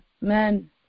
man